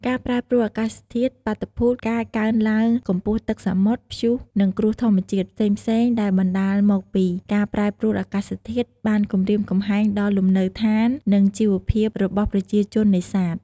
ការប្រែប្រួលអាកាសធាតុ បាតុភូត ការកើនឡើងកម្ពស់ទឹកសមុទ្រ ព្យុះ និង គ្រោះធម្មជាតិ ផ្សេងៗដែលបណ្តាលមកពីការប្រែប្រួលអាកាសធាតុ បានគំរាមកំហែងដល់លំនៅឋាន និងជីវភាពរបស់ប្រជាជននេសាទ។